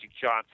Johnson